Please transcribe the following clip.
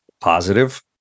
positive